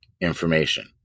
information